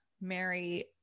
Mary